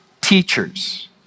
teachers